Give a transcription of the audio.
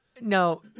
No